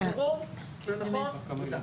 נכון.